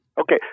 Okay